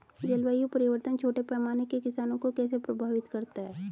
जलवायु परिवर्तन छोटे पैमाने के किसानों को कैसे प्रभावित करता है?